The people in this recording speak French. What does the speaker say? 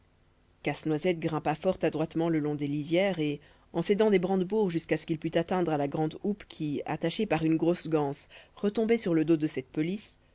casse-noisette grimpa fort adroitement le long des lisières et en s'aidant des brandebourgs jusqu'à ce qu'il pût atteindre à la grande houppe qui attachée par une grosse ganse retombait sur le dos de cette pelisse